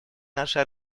нашей